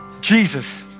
Jesus